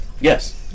Yes